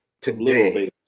today